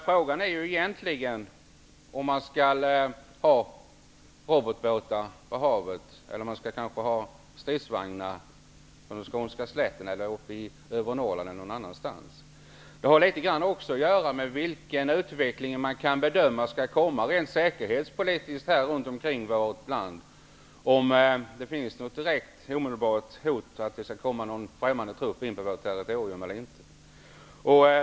Frågan är om man skall ha robotbåtar på havet eller kanske stridsvagnar på den skånska slätten, i övre Norrland eller någon annanstans. Det har litet grand att göra med vilken säkerhetspolitisk bedömning man gör av utvecklingen runt omkring vårt land, om det finns något direkt omedelbart hot om att det skall komma främmande trupp in på vårt territorium eller inte.